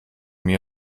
mir